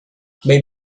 may